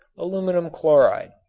ammonium chloride.